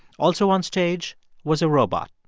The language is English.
also on stage was a robot,